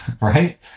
right